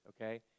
okay